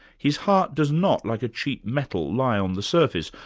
his heart does not, like a cheap metal, lie on the surface,